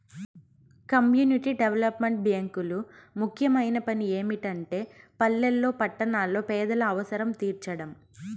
community development బ్యేంకులు ముఖ్యమైన పని ఏమిటంటే పల్లెల్లో పట్టణాల్లో పేదల అవసరం తీర్చడం